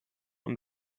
und